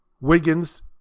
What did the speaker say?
Wiggins